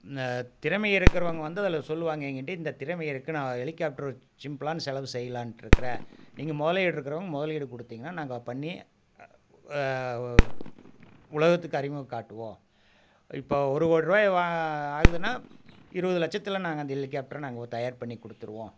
திறமையிருக்கிறவங்க வந்து அதில் சொல்லுவாங்க எங்ககிட்ட இந்த திறமையிருக்குது நான் ஹெலிகாப்ட்ரு சிம்பிளான செலவு செய்யலான்ட்டுருக்கிறேன் நீங்கள் முதலீடு இருக்கிறவங்க முதலீடு கொடுத்திங்கன்னா நாங்கள் பண்ணி உலகத்துக்கு அறிமுகம் காட்டுவோம் இப்போ ஒரு கோடி ருபாய் வா ஆகுதுன்னா இருபது லட்சத்தில் நாங்கள் அந்த ஹெலிகாப்ட்ர நாங்கள் தயார் பண்ணிக்கொடுத்துருவோம்